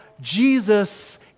Jesus